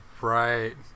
right